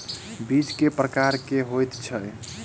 बीज केँ प्रकार कऽ होइ छै?